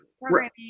programming